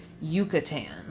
Yucatan